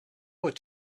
were